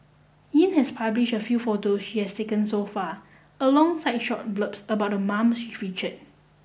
Yin has publish a few photo she has taken so far alongside short blurbs about the moms she featured